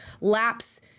lapse